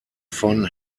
von